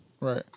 Right